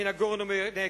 מן הגורן ומן היקב?